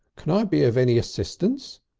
can i be of any assistance?